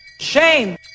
Shame